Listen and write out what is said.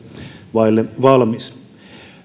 vaille valmis